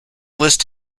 list